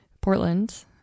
Portland